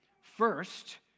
First